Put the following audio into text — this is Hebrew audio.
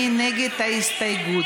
מי נגד ההסתייגות?